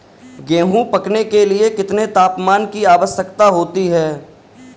गेहूँ पकने के लिए कितने तापमान की आवश्यकता होती है?